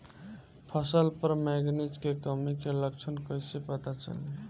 फसल पर मैगनीज के कमी के लक्षण कइसे पता चली?